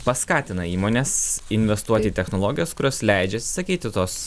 paskatina įmones investuoti į technologijas kurios leidžia atsisakyti tos